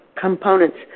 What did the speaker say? components